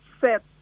set